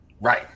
Right